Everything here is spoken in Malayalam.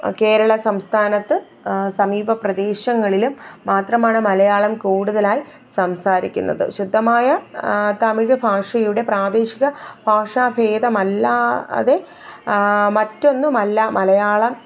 കേരള സംസ്ഥാനത്ത് സമീപ പ്രദേശങ്ങളിലും മാത്രമാണ് മലയാളം കൂടുതലായി സംസാരിക്കുന്നത് ശുദ്ധമായ തമിഴ് ഭാഷയുടെ പ്രാദേശിക ഭാഷാ ഭേദമല്ലാതെ മറ്റൊന്നുമല്ല മലയാളം